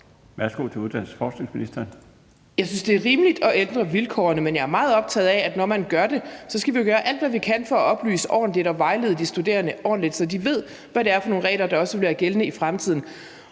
Jeg synes, det er rimeligt at ændre vilkårene, men jeg er meget optaget af, at når vi gør det, skal vi gøre alt, hvad vi kan for at oplyse ordentligt og vejlede de studerende ordentligt, så de ved, hvad det er for nogle regler, der også bliver gældende i fremtiden.